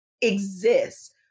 exists